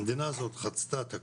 המדינה הזאת חצתה את הקו,